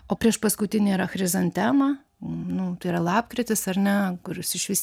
o priešpaskutinė yra chrizantema nu tai yra lapkritis ar ne kuris išvis